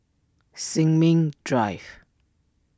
Sin Ming Drive